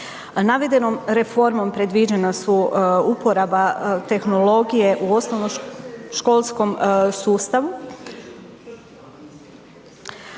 Navedenom reformom predviđena su uporaba tehnologije u osnovnoškolskom sustavu,